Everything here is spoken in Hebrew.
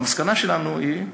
והמסקנה שלנו היא,